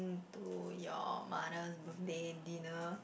to your mother's birthday dinner